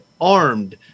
armed